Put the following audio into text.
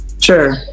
Sure